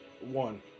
One